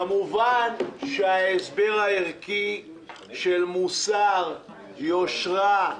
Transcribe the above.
כמובן שההסבר הערכי של מוסר, יושרה,